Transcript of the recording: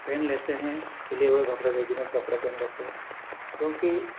पहन लेते हैं सिले हुए कपड़े रेडिमेड कपड़े पहन लेते हैं क्योंकि